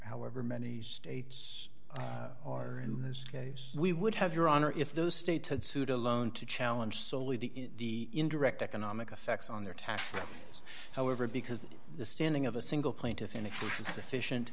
however many states are in this case we would have your honor if those states had sued alone to challenge solely the indirect economic effects on their taxes however because the standing of a single plaintiff in a case of sufficient